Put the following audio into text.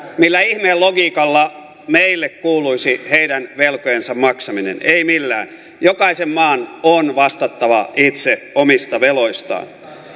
millä ihmeen logiikalla meille kuuluisi heidän velkojensa maksaminen ei millään jokaisen maan on vastattava itse omista veloistaan